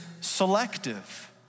selective